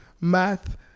math